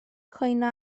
cwyno